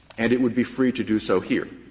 and it would be free to do so here.